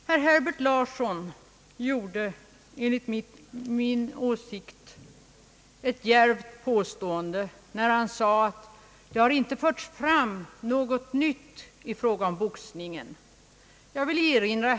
Herr Herbert Larsson gjorde enligt min åsikt ett djärvt påstående när han sade att det inte har förts fram något nytt i fråga om boxningens skadeverkningar.